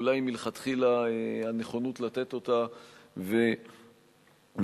אולי מלכתחילה הנכונות לתת אותה ולמצוא